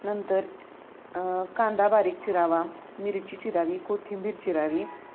नंतर कांदा बारीक चिरावा मिरची चिरावी कोथिंबीर चिरावी